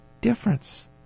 difference